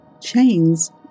Chains